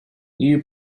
you